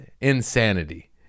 insanity